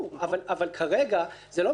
אבל כרגע זה לא מנוסח